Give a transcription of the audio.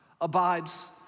abides